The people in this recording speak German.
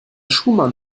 schumann